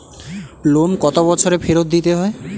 Loan কত বছরে ফেরত দিতে হয়?